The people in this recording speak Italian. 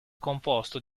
composto